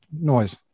noise